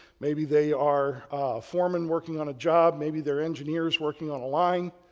maybe they are foreman working on a job, maybe they're engineers working on a line,